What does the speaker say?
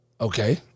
Okay